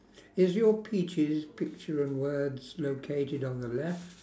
is your peaches picture and words located on the left